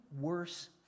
worse